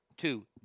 two